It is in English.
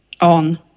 on